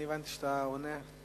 הבנתי שאתה עונה.